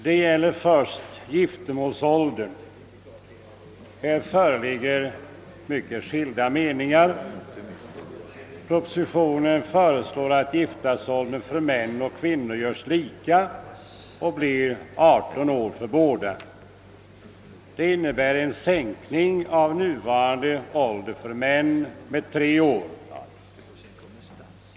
Det gäller först giftermålsåldern. Här föreligger mycket skilda meningar. Propositionen föreslår att giftasåldern för män och kvinnor göres lika och blir 18 år för båda. Det innebär en sänkning av nuvarande ålder för män med 3 år.